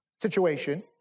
situation